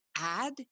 add